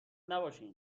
نباشین